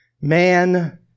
man